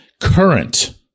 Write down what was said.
Current